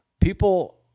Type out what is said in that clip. people